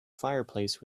fireplace